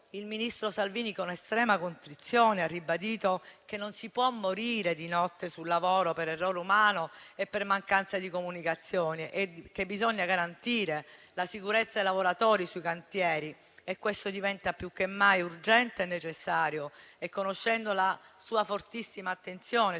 il ministro Salvini con estrema contrizione ha ribadito che non si può morire di notte sul lavoro per errore umano e per mancanza di comunicazione e che bisogna garantire la sicurezza ai lavoratori sui cantieri e questo diventa più che mai urgente e necessario. Conoscendo la sua fortissima attenzione al tema